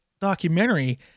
documentary